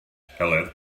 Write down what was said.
heledd